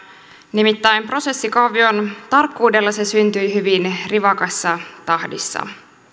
nimittäin prosessikaavion tarkkuudella se syntyi hyvin rivakassa tahdissa